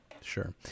sure